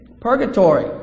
Purgatory